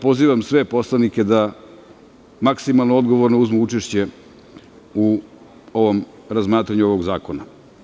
Pozivam sve poslanike da maksimalno odgovorno uzmu učešće u ovom razmatranju ovog zakona.